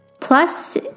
Plus